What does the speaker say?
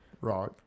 Right